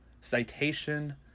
citation